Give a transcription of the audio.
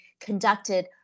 conducted